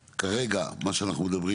האם אפשר לחפור